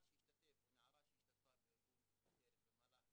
לא מוגדר תאונת דרכים,